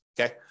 okay